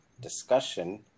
discussion